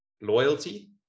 Loyalty